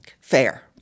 Fair